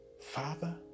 Father